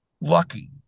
lucky